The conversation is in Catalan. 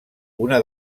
una